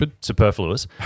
superfluous